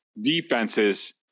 defenses